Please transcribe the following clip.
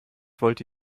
wollte